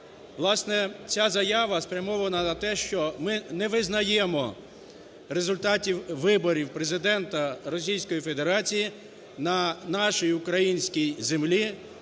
Власне, ця заява спрямована на те, що ми не визнаємо результатів виборів Президента Російської Федерації на нашій українській землі